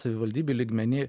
savivaldybių lygmeny